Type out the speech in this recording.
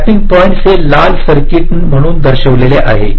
तर tapping points हे लाल सर्किट म्हणून दर्शविलेले आहेत